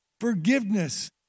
forgiveness